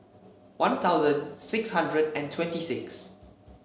One Thousand six hundred and twenty six